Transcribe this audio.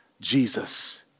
Jesus